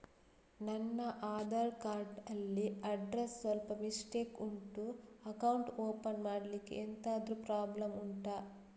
ನನ್ನ ಆಧಾರ್ ಕಾರ್ಡ್ ಅಲ್ಲಿ ಅಡ್ರೆಸ್ ಸ್ವಲ್ಪ ಮಿಸ್ಟೇಕ್ ಉಂಟು ಅಕೌಂಟ್ ಓಪನ್ ಮಾಡ್ಲಿಕ್ಕೆ ಎಂತಾದ್ರು ಪ್ರಾಬ್ಲಮ್ ಉಂಟಾ